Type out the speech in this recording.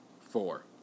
Four